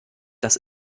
das